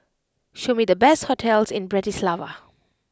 show me the best hotels in Bratislava